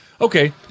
Okay